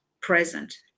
present